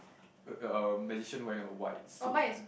uh uh magician wearing a white suit